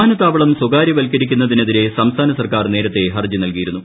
വിമാനത്താവളം സ്വകാര്യവത്കരിക്കുന്നതിനെതിരെ സംസ്ഥാന സർക്കാർ നേരത്തേ ഹർജി നൽകിയിരുന്നു